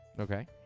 Okay